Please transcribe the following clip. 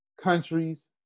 countries